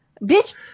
bitch